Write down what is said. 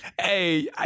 Hey